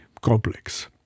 complex